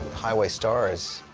highway star is.